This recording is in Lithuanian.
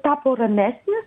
tapo ramesnis